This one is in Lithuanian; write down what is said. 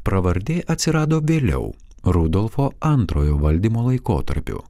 pravardė atsirado vėliau rudolfo antrojo valdymo laikotarpiu